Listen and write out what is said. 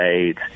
AIDS